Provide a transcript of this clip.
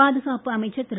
பாதுகாப்பு அமைச்சர் திரு